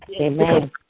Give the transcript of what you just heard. Amen